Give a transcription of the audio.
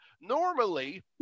normally